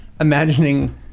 imagining